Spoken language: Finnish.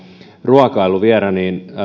ruokailu vielä on